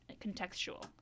contextual